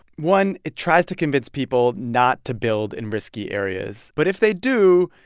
one, it tries to convince people not to build in risky areas. but if they do,